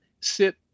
sit